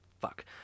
Fuck